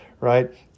right